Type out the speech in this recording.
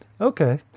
Okay